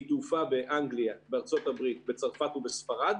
מהתעופה באנגליה, בארה"ב, בצרפת או בספרד,